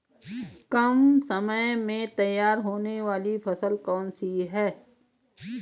कम समय में तैयार होने वाली फसल कौन सी है?